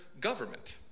government